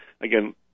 again